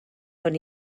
hwn